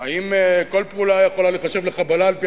האם כל פעולה יכולה להיחשב לחבלה על-פי